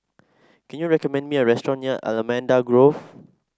can you recommend me a restaurant near Allamanda Grove